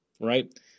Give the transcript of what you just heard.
right